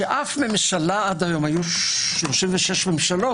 שאף ממשלה עד היום, היו 36 ממשלות.